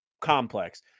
complex